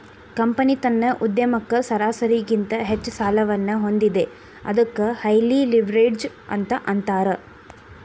company ತನ್ನ ಉದ್ಯಮಕ್ಕ ಸರಾಸರಿಗಿಂತ ಹೆಚ್ಚ ಸಾಲವನ್ನ ಹೊಂದೇದ ಅದಕ್ಕ ಹೈಲಿ ಲಿವ್ರೇಜ್ಡ್ ಅಂತ್ ಅಂತಾರ